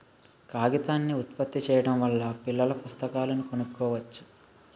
కాగితాన్ని ఉత్పత్తి చేయడం వల్ల పిల్లల పుస్తకాలను కొనుక్కోవచ్చు